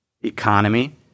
economy